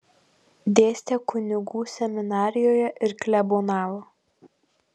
dėstė kunigų seminarijoje ir klebonavo